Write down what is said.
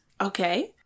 Okay